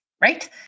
right